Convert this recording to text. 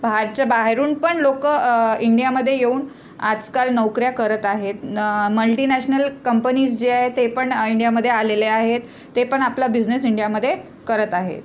भारच्या बाहेरून पण लोक इंडियामध्ये येऊन आजकाल नोकऱ्या करत आहेत न मल्टिनॅशनल कंपनीज जे आहेत ते पण इंडियामध्ये आलेले आहेत ते पण आपला बिझनेस इंडियामध्ये करत आहेत